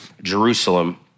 Jerusalem